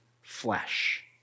flesh